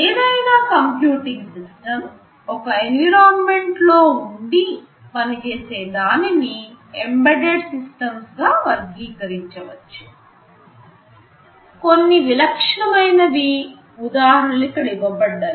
ఏదైనా computing system ఒక environment లో ఉండి పనిచేసే దానిని ఎంబెడెడ్ సిస్టమ్స్ గా వర్గీకరించవచ్చు కొన్ని విలక్షణమైనవి ఉదాహరణ లు ఇక్కడ ఇవ్వబడ్డాయి